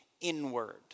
inward